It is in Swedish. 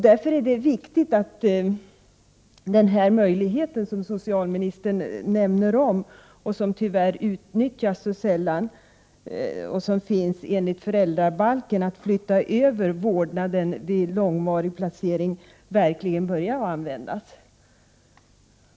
Därför är det viktigt att den möjlighet som socialministern nämnde i sitt svar och som redan finns enligt föräldrabalken, som innebär att vårdnaden vid långvarig placering kan överflyttas, verkligen börjar användas. Den utnyttjas alltför sällan.